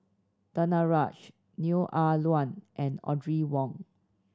Danaraj Neo Ah Luan and Audrey Wong